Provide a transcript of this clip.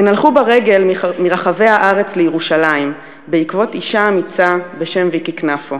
הן הלכו ברגל מרחבי הארץ לירושלים בעקבות אישה אמיצה בשם ויקי קנפו,